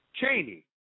Cheney